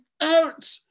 out